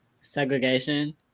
segregation